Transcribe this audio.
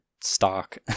stock